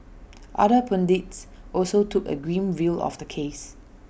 other pundits also took A grim view of the case